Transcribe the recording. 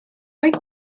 like